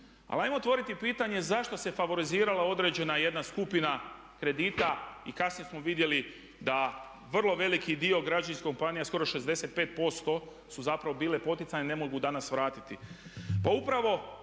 Ali ajmo otvoriti pitanje zašto se favorizirala određena jedna skupina kredita i kasnije smo vidjeli da vrlo veliki dio …/Govornik se ne razumije./… kompanija, skoro 65% su zapravo bile poticane ne mogu danas vratiti.